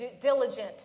diligent